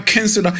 Cancel